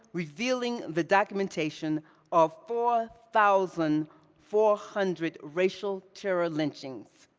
revealing the documentation of four thousand four hundred racial terror lynchings.